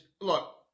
look